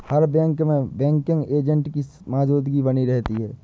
हर bank में banking agent की मौजूदगी बनी रहती है